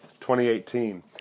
2018